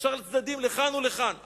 אפשר לראות צדדים לכאן ולכאן,